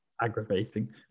aggravating